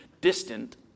distant